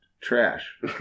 trash